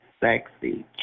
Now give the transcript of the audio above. sexy